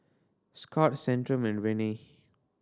Scott Centrum and Rene